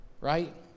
right